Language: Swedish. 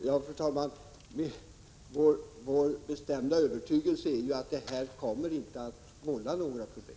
Fru talman! Vår bestämda övertygelse är ju att detta inte kommer att vålla några problem.